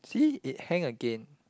see it hang again